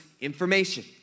information